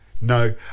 no